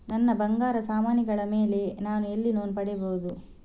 ನನ್ನ ಬಂಗಾರ ಸಾಮಾನಿಗಳ ಮೇಲೆ ನಾನು ಎಲ್ಲಿ ಲೋನ್ ಪಡಿಬಹುದು?